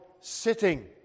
sitting